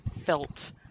felt